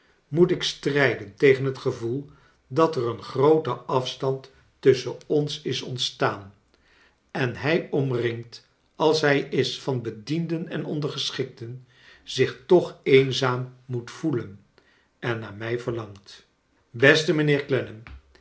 moot ik strij den tegen het gevoel dat er een groote afstand tusschen ons is ontstaan en hij omringd als hij is van bedienden en ondergeschikten zich toch eenzaam moeten voelen en naar mij verlangt beste mijnheer